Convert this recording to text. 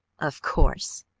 of course!